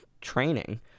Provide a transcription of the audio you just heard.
training